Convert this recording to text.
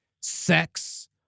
sex